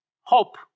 hope